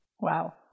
Wow